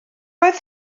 oedd